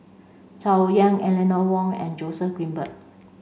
Tsung Yeh Eleanor Wong and Joseph Grimberg